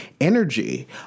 energy